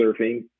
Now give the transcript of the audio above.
surfing